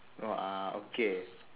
no uh okay